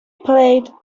played